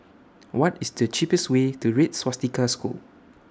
What IS The cheapest Way to Red Swastika School